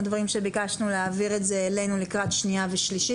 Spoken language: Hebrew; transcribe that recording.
הדברים שביקשנו להעביר את זה אלינו לקראת שנייה ושלישית,